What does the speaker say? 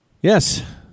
Yes